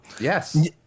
Yes